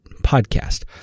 podcast